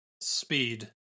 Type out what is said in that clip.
Speed